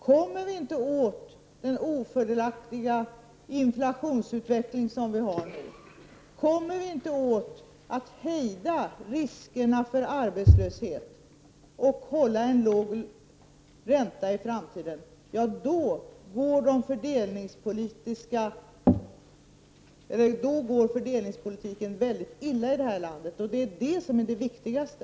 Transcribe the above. Kommer vi inte åt den ofördelaktiga inflationsutvecklingen, kan vi inte hejda riskerna för arbetslöshet och hålla en låg ränta i framtiden, då går fördelningspolitiken väldigt illa i det här landet. Det är det viktigaste.